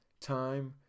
time